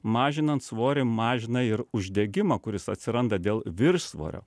mažinant svorį mažina ir uždegimą kuris atsiranda dėl viršsvorio